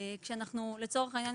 לצורך העניין,